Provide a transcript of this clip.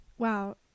wow